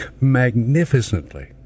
Magnificently